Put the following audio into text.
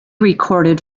recorded